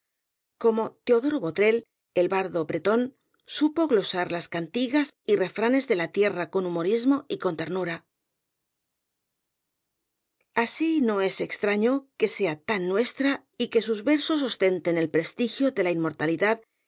como teodoro botrel el bardo bretón supo glosar las cantigas y refranes de la tierra con humorismo y con ternura así no es extraño que sea tan nuestra y que sus versos ostenten el prestigio de la inmortalidad